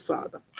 Father